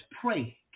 pray